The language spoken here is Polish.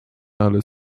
ale